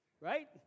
Right